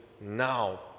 Now